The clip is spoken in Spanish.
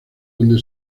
donde